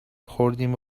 ﮔﺮﮔﺎﻥ